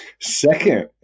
second